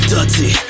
Dirty